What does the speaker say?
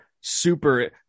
super